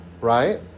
right